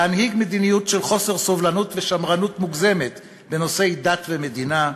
להנהיג מדיניות של חוסר סובלנות ושמרנות מוגזמת בנושאי דת ומדינה,